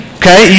okay